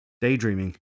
Daydreaming